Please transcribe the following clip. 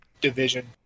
division